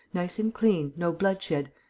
nice and clean. no bloodshed.